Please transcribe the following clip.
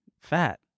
Fat